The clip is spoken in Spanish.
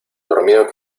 dormido